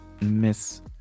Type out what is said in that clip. miss